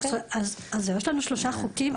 יש לנו שלושה חוקים,